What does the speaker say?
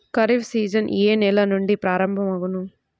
Kharif season ఏ నెల నుండి ప్రారంభం అగును?